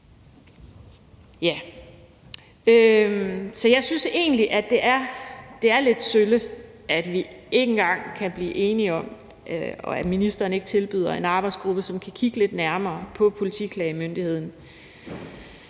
Så jeg synes egentlig, at det er lidt sølle, at vi ikke engang kan blive enige om, og at ministeren ikke tilbyder en arbejdsgruppe, som kan kigge lidt nærmere på Politiklagemyndigheden.